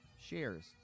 shares